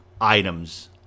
items